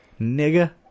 Nigga